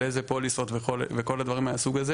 על איזה פוליסות וכל הדברים מהסוג הזה